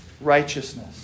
righteousness